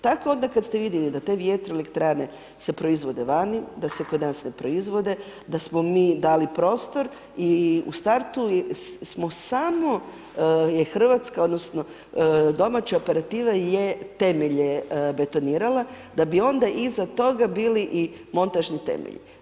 Tako kad ste onda vidjeli da te vjetroelektrane se proizvode vani, da se kod nas ne proizvode, da smo mi dali prostor i u startu smo samo je Hrvatska, odnosno domaća operativa je temelje betonirala, da bi onda iza toga bili i montažni temelji.